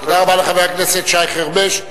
תודה רבה לחבר הכנסת שי חרמש.